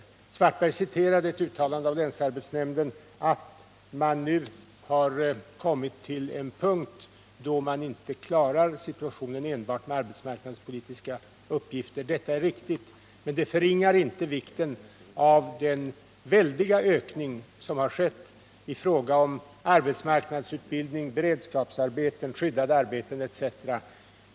Karl-Erik Svartberg citerade ett uttalande av länsarbetsnämnden om att man nu kommit till en punkt då man inte klarar Nr 35 situationen enbart med arbetsmarknadspolitiska uppgifter. Detta är riktigt, Fredagen den men det förringar inte vikten av den väldiga ökning som skett i fråga om — 17 november 1978 arbetsmarknadsutbildning, beredskapsarbeten, skyddade arbeten etc.